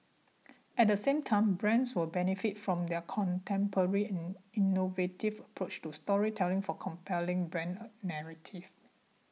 at the same time brands will benefit from their contemporary and innovative approach to storytelling for compelling brand narrative